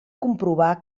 comprovar